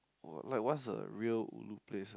oh like what's a real ulu place ah